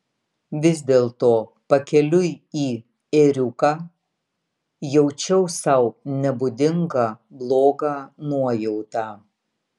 vis dėlto pakeliui į ėriuką jaučiau sau nebūdingą blogą nuojautą